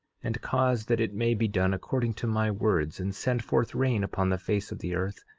and cause that it may be done according to my words, and send forth rain upon the face of the earth,